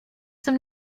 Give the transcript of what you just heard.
zum